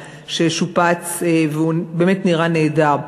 ששופץ עכשיו והוא באמת נראה נהדר,